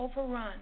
overrun